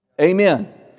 Amen